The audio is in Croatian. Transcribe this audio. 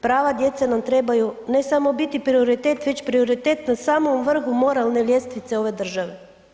Prava djece nam trebaju ne samo biti prioritet već prioritet na samom vrhu moralne ljestvice ove države.